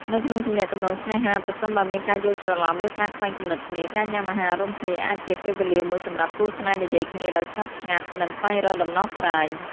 នៅក្នុងទំនាក់ទំនងស្នេហា ប្រសិនបើមានការយល់ច្រឡំ ឬការខ្វែងគំនិតគ្នា ការញ៉ាំអាហាររួមគ្នាអាចជា ពេលវេលាមួយសម្រាប់គូស្នេហ៍និយាយគ្នាដោយស្ងប់ស្ងាត់ និងស្វែងរកដំណោះស្រាយ។